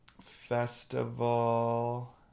festival